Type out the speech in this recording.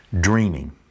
Dreaming